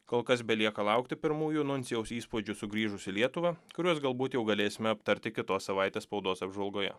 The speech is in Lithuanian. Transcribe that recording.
kol kas belieka laukti pirmųjų nuncijaus įspūdžių sugrįžus į lietuvą kuriuos galbūt jau galėsime aptarti kitos savaitės spaudos apžvalgoje